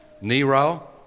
Nero